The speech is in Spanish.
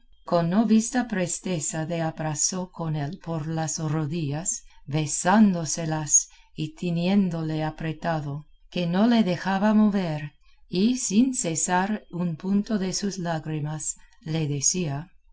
con no vista presteza se abrazó con él por las rodillas besándoselas y teniéndole apretado que no le dejaba mover y sin cesar un punto de sus lágrimas le decía